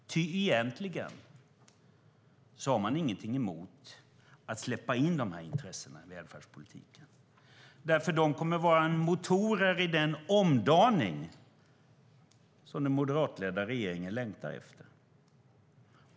Ty egentligen har man ingenting emot att släppa in de här intressena i välfärdspolitiken, för de kommer att vara motorer i den omdaning som den moderatledda regeringen längtar efter.